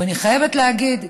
ואני חייבת להגיד: